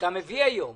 מביא היום.